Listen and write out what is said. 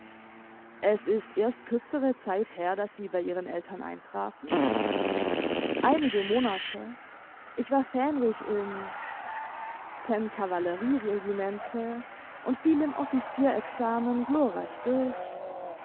es ist erst kürzere zeit her daß sie bei ihren eltern eintrafen einige monate ich war fähndrich im ten cavallerie regimente und fiel im officier examen glorreich durch